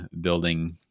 building